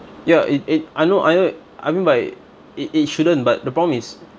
ya it it I know I kn~ I mean but it it shouldn't but the problem is